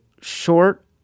short